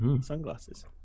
sunglasses